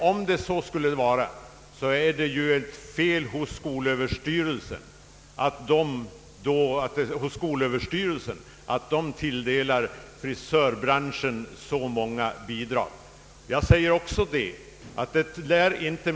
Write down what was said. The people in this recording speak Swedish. Om så skulle vara är det fel av skolöverstyrelsen att tilldela frisörbranschen så många bidragsrum.